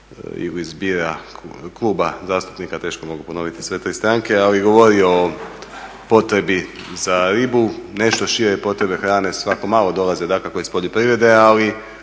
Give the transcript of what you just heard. kluba ili … kluba zastupnika, teško mogu ponoviti sve te stranke ali je govorio o potrebi za ribu. Nešto šire potrebe hrane svako malo dolaze dakako iz poljoprivrede ali